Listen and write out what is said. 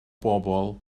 bobl